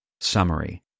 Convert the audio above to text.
Summary